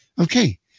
Okay